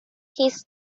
his